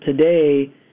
today